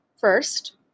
first